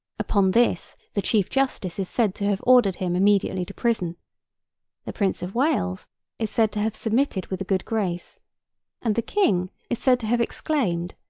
upon this the chief justice is said to have ordered him immediately to prison the prince of wales is said to have submitted with a good grace and the king is said to have exclaimed,